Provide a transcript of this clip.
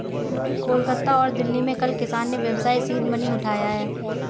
कोलकाता और दिल्ली में कल किसान ने व्यवसाय सीड मनी उठाया है